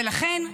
ולכן,